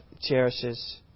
cherishes